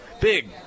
Big